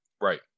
right